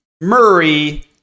Murray